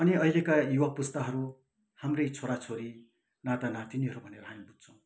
अनि अहिका युवा पुस्ताहरू हाम्रै छोराछोरी नातानातिनीहरू भनेर हामी बुझ्छौँ